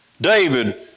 David